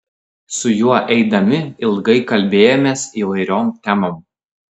su juo eidami ilgai kalbėjomės įvairiom temom